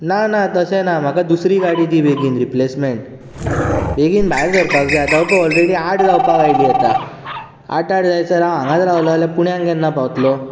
ना ना तशें ना म्हाका दुसरी गाडी दी बेगीन रिपलेसमॅंट बेगीन भायर सरपाक जाय आतां पळय ऑलरेडी आठ जावपाक आयलीं आतां आठ आठ जायसर हांव हांगाच रावलों जाल्यार पुण्या केन्ना पावतलों